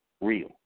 real